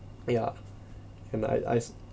ya and I I saw